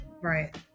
right